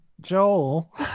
Joel